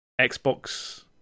Xbox